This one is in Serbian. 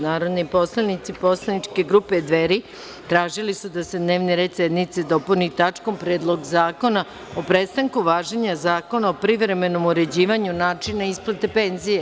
Narodni poslanici poslaničke grupe Dveri, tražili su da se dnevni red sednice dopuni tačkom – Predlog zakona o prestanku važenja Zakona o privremenom uređivanju načina isplate penzije.